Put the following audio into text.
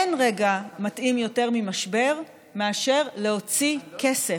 אין רגע מתאים יותר ממשבר מאשר להוציא כסף,